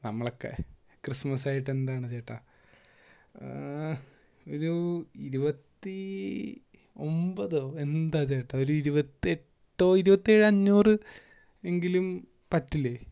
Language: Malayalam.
നമ്മളൊക്കെ ക്രിസ്മസായിട്ട് എന്താണ് ചേട്ടാ ഒരു ഇരുപത്തി ഒമ്പതോ എന്താ ചേട്ടാ ഒരു ഇരുപത്തിയെട്ടോ ഇരുപത്തിയേഴേ അഞ്ഞൂറൂ എങ്കിലും പറ്റില്ലേ